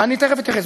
אני תכף אתייחס.